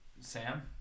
Sam